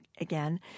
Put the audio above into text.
again